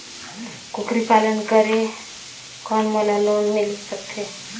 कूकरी पालन करे कौन मोला लोन मिल सकथे?